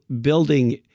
building